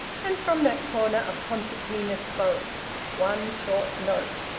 and from that corner a concertina spoke one short note.